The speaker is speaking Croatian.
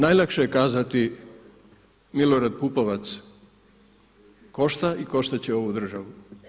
Da, najlakše je kazati Milorad Pupovac košta i koštati će ovu državu.